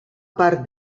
part